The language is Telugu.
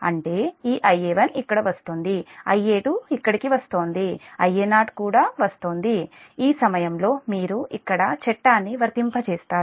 అంటే ఈ Ia1 ఇక్కడ వస్తోంది Ia2 ఇక్కడకు వస్తోంది Ia0 కూడా వస్తోంది ఇక్కడ ఈ సమయంలో మీరు ఇక్కడ చట్టాన్ని వర్తింపజేస్తారు